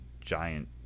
giant